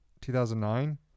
2009